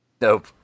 Nope